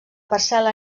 parcel·la